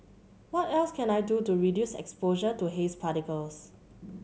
what else can I do to reduce exposure to haze particles